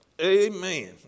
Amen